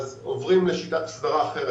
עוברים לשיטת הסדרה אחרת.